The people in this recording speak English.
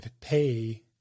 pay